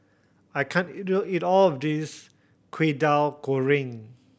I can't eat eat all of this Kwetiau Goreng